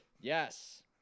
Yes